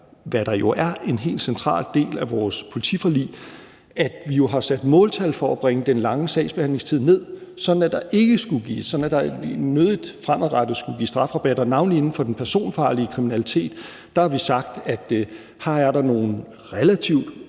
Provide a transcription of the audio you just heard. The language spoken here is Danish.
hvad der jo er en helt central del af vores politiforlig, at vi har sat måltal for at bringe den lange sagsbehandlingstid ned, sådan at der nødig fremadrettet skulle gives strafrabatter. Navnlig inden for den personfarlige kriminalitet har vi sagt, at her er der nogle relativt